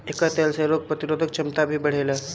एकर तेल से रोग प्रतिरोधक क्षमता भी बढ़ेला